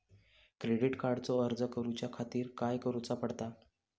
Credit कार्डचो अर्ज करुच्या खातीर काय करूचा पडता?